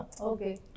Okay